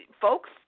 folks